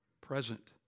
Present